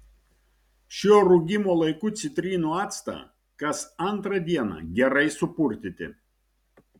šiuo rūgimo laiku citrinų actą kas antrą dieną gerai supurtyti